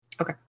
Okay